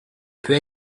peut